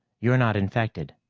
you're not infected,